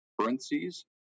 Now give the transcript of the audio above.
currencies